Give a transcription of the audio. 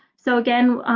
so again,